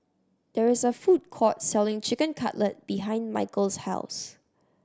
there is a food court selling Chicken Cutlet behind Mikel's house